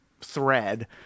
thread